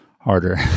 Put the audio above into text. harder